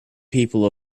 people